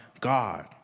God